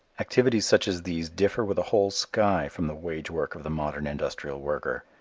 activities such as these differ with a whole sky from the wage-work of the modern industrial worker.